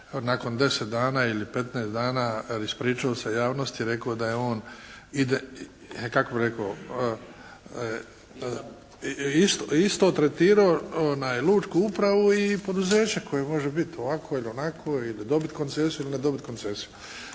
nakon 10 dana ili 15 dana ispričao se javnosti i rekao da je on kako bih rekao isto tretirao lučku upravu i poduzeće koje može biti onakvo ili onakvo i dobiti koncesiju ili ne dobiti koncesiju.